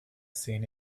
seen